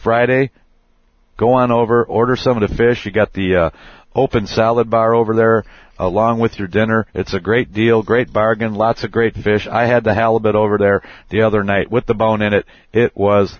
friday go on over order some of the fish you've got the open salad bar over there along with your dinner it's a great deal great bargain lotsa great fish i had the halibut over there the other night with the bone in it it was